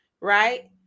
right